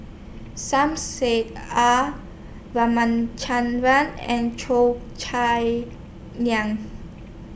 Som Said R Ramachandran and Cheo Chai Niang